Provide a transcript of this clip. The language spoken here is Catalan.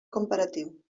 comparatiu